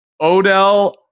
Odell